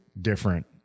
different